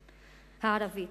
הערבית.